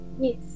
Yes